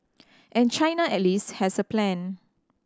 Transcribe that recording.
and China at least has a plan